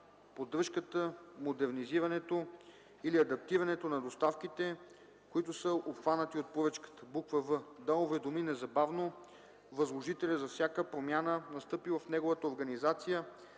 поддръжката, модернизирането или адаптирането на доставките, които са обхванати от поръчката; в) да уведоми незабавно възложителя за всяка промяна, настъпила в неговата организация,